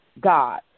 God